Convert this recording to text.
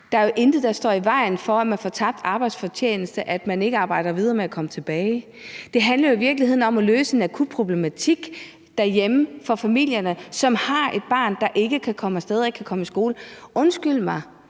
er der jo intet, der står i vejen for, at man arbejder videre med at komme tilbage. Det handler jo i virkeligheden om at løse en akut problematik derhjemme for familierne, som har et barn, der ikke kan komme af sted og ikke kan komme i skole. Undskyld mig,